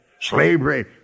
Slavery